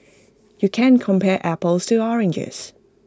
you can't compare apples to oranges